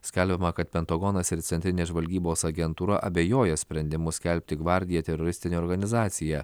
skelbiama kad pentagonas ir centrinė žvalgybos agentūra abejoja sprendimu skelbti gvardiją teroristine organizacija